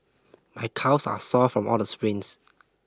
my calves are sore from all the sprints